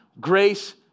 Grace